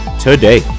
today